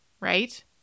right